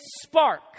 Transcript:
spark